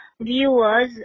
viewers